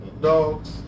dogs